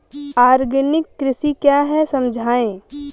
Organic कृषि क्या है समझाइए?